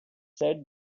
said